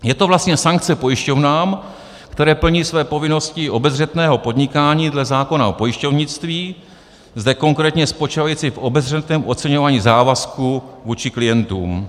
Je to vlastně sankce pojišťovnám, které plní své povinnosti obezřetného podnikání dle zákona o pojišťovnictví, zde konkrétně spočívající v obezřetném oceňování závazků vůči klientům.